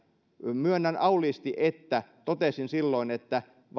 myönnän auliisti että totesin silloin että